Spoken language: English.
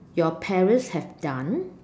your parents have done